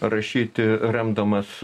rašyti remdamas